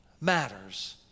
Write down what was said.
matters